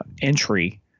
entry